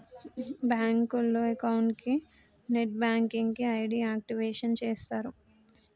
బ్యాంకులో అకౌంట్ కి net banking కి ఐడి యాక్టివేషన్ చేస్తరు